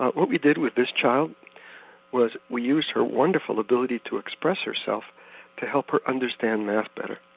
ah what we did with this child was we used her wonderful ability to express herself to help her understand math better.